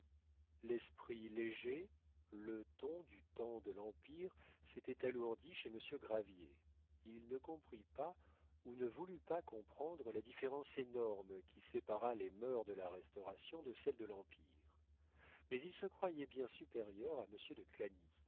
l'esprit léger le ton du temps de l'empire s'était alourdi chez monsieur gravier il ne comprit pas ou ne voulut pas comprendre la différence énorme qui sépara les mœurs de la restauration de celles de l'empire mais il se croyait bien supérieur à monsieur de